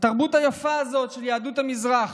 התרבות היפה הזאת של יהדות המזרח,